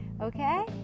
Okay